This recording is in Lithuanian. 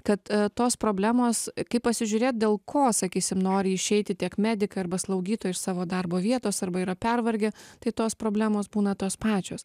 kad tos problemos kaip pasižiūrėt dėl ko sakysim nori išeiti tiek medikai arba slaugytojai iš savo darbo vietos arba yra pervargę tai tos problemos būna tos pačios